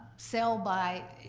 sell by.